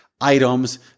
items